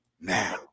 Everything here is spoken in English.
Now